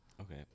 Okay